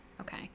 Okay